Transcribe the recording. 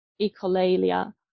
echolalia